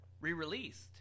re-released